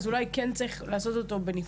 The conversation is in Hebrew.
כך שאולי כן צריך לעשות אותו בנפרד.